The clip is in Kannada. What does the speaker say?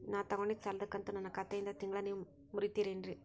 ನಾ ತೊಗೊಂಡಿದ್ದ ಸಾಲದ ಕಂತು ನನ್ನ ಖಾತೆಯಿಂದ ತಿಂಗಳಾ ನೇವ್ ಮುರೇತೇರೇನ್ರೇ?